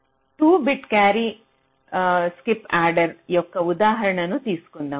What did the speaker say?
2 bit carry skip adder యొక్క ఉదాహరణను తీసుకుందాం